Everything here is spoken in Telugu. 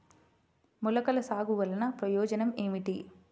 మొలకల సాగు వలన ప్రయోజనం ఏమిటీ?